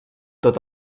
tot